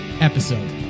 episode